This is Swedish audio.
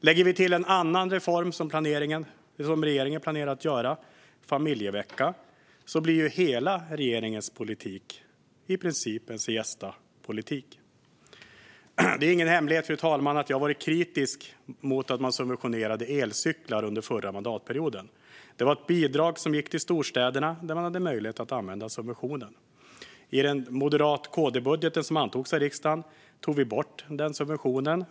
Lägger vi till en annan reform som regeringen planerar att genomföra - familjevecka - blir hela regeringens politik i princip en siestapolitik. Det är ingen hemlighet, fru talman, att jag har varit kritisk mot att man subventionerade elcyklar under den förra mandatperioden. Det var ett bidrag som gick till storstäderna, där man hade möjlighet att använda subventionen. I den budget från Moderaterna och KD som antogs av riksdagen tog vi bort den subventionen.